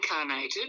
incarnated